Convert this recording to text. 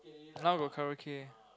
now got Karaoke